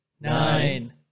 nine